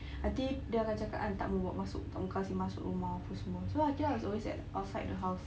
nanti dia akan cakap kan tak mahu bawa masuk tak mahu kasi masuk rumah apa semua so fadiyah is always at outside the house